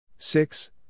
Six